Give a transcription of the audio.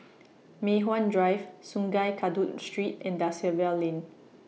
Mei Hwan Drive Sungei Kadut Street and DA Silva Lane